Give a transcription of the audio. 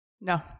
No